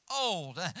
old